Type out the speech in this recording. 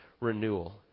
renewal